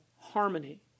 harmony